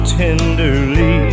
tenderly